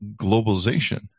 globalization